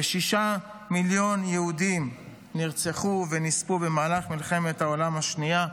כשישה מיליון יהודים נרצחו ונספו במהלך מלחמת העולם השנייה,